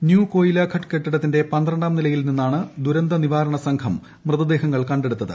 new കോയിലപ്പിട്ട് കെട്ടിടത്തിന്റെ പന്ത്രണ്ടാം നിലയിൽ നിന്നാണ് ദുരന്ത നിവാണ് സംഘം മൃതദേഹങ്ങൾ കണ്ടെടുത്തത്